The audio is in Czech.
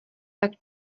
tak